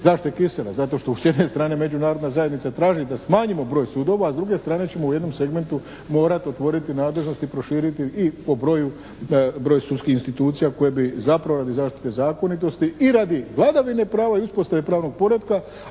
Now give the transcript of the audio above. Zašto je kisela? Zato što s jedne strane međunarodna zajednica traži da smanjimo broj sudova, a s druge strane ćemo u jednom segmentu morati otvoriti nadležnosti i proširiti i po broju, broj sudskih institucija koje bi zapravo radi zaštite zakonitosti i radi vladavine prava i uspostave pravnog poretka,